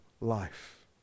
life